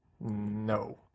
no